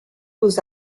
aux